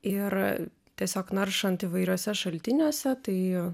ir tiesiog naršant įvairiuose šaltiniuose tai